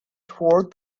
toward